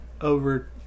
over